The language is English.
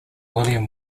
william